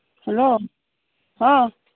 hello ꯍꯥ